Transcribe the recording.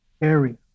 area